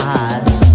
eyes